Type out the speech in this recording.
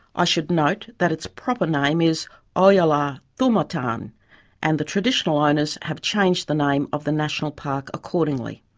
i should note that its proper name is oyala thumotan and the traditional owners have changed the name of the national park accordingly.